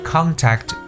Contact